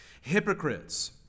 Hypocrites